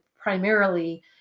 primarily